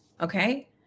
Okay